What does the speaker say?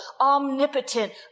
omnipotent